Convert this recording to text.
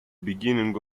beginning